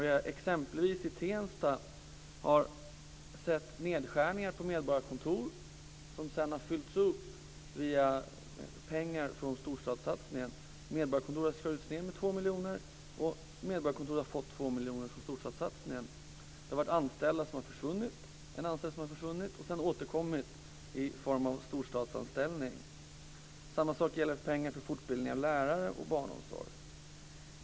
I exempelvis Tensta har vi ju sett nedskärningar på deras medborgarkontor. Sedan har det fyllts upp via pengar från storstadssatsningen. Medborgarkontoret har fått nedskärningar med 2 miljoner och fått 2 miljoner från storstadssatsningen. En anställd har försvunnit och sedan återkommit genom storstadsanställning. Samma sak gäller pengar till fortbildning av lärare och till barnomsorgen.